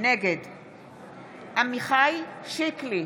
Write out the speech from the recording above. נגד עמיחי שיקלי,